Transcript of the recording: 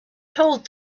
told